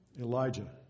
Elijah